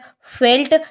felt